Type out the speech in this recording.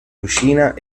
cucina